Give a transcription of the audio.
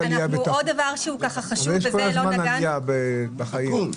הרי יש כל הזמן עלייה בתוחלת החיים.